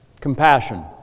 Compassion